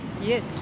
Yes